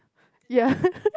ya